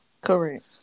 Correct